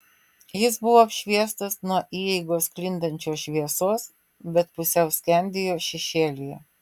jis buvo apšviestas nuo įeigos sklindančios šviesos bet pusiau skendėjo šešėlyje